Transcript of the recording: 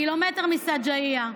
קילומטר מסג'עייה.